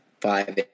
five